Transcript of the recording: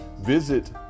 Visit